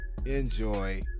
enjoy